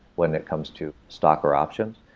when it comes to stock or options.